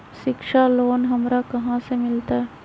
शिक्षा लोन हमरा कहाँ से मिलतै?